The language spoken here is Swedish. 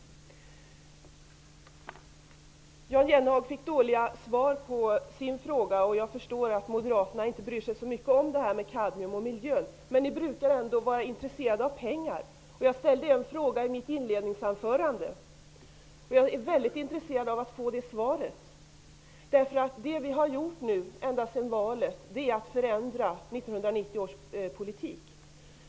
Jan Jennehag fick dåliga svar på sin fråga. Jag förstår att Moderaterna inte bryr sig så mycket om detta med kadmium och miljön. Men ni brukar ändå vara intresserade av pengar. Jag ställde en fråga i mitt inledningsanförande. Jag är intresserad av att få svar på den. Det vi har gjort nu, ända sedan valet, är att förändra 1990 års politik.